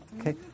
Okay